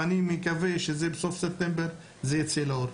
אני מקווה שזה בסוף ספטמבר ייצא לאור.